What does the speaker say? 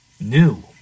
new